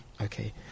Okay